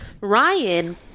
Ryan